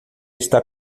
está